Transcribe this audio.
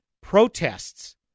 protests